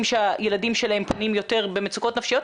שהילדים שלהם פונים יותר במצוקות נפשיות,